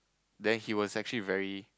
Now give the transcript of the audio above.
then he was actually very